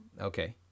Okay